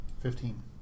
Fifteen